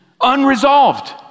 unresolved